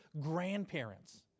grandparents